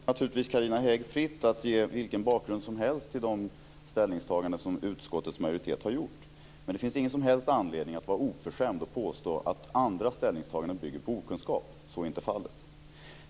Fru talman! Det står naturligtvis Carina Hägg fritt att ge vilken bakgrund som helst till de ställningstaganden som utskottets majoritet har gjort. Men det finns ingen som helst anledning att vara oförskämd och påstå att andras ställningstaganden bygger på okunskap. Så är inte fallet.